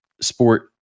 sport